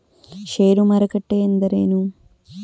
ಷೇರು ಮಾರುಕಟ್ಟೆ ಎಂದರೇನು?